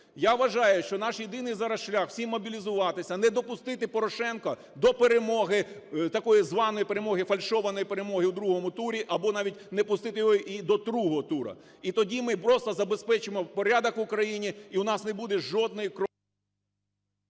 Я вважаю, що наш єдиний зараз шлях – всім мобілізуватися, не допустити Порошенка до перемоги, так званої перемоги, фальшованої перемоги в другому турі, або навіть не пустити його і до другого тура. І тоді ми просто забезпечимо порядок у країні, і у нас не буде жодної…